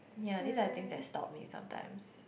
ya these are the things that stop me sometimes